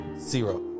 zero